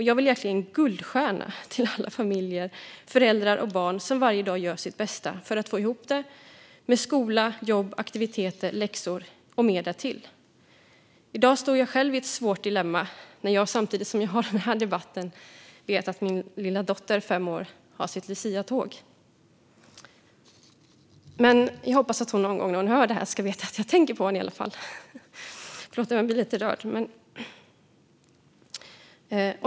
Jag vill ge en guldstjärna till alla familjer, föräldrar och barn som varje dag gör sitt bästa för att få ihop det med skola, jobb, aktiviteter, läxor och mer därtill. I dag står jag själv i ett svårt dilemma; samtidigt som den här debatten pågår har min lilla dotter på fem år sitt luciatåg. Men jag hoppas att om hon någon gång när hon hör det här får veta att jag tänker på henne. Jag blir lite rörd.